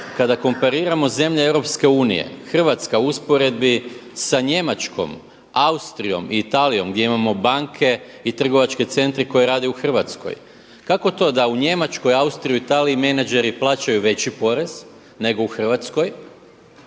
kada kompariramo zemlje EU Hrvatska u usporedbi sa Njemačkom, Austrijom i Italijom gdje imamo banke i trgovačke centre koji rade u Hrvatskoj, kako to da u Njemačkoj, Austriji i Italiji menadžeri plaćaju veći porez nego u Hrvatskoj